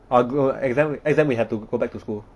ah good lor exam exam we have to go back to school